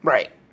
Right